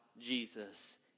Jesus